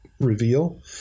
reveal